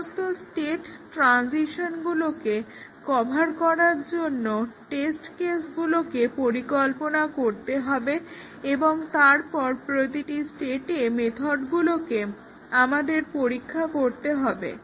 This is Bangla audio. সমস্ত টেস্ট ট্রানসিশনগুলোকে কভার করার জন্য টেস্ট কেসগুলোকে পরিকল্পনা করতে হবে এবং তারপর প্রতিটি স্টেটে মেথডগুলোকে আমাদের পরীক্ষা করতে হবে